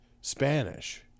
Spanish